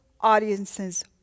audiences